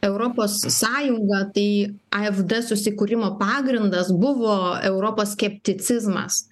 europos sąjungą tai afd susikūrimo pagrindas buvo europos skepticizmas